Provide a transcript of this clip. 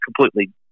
completely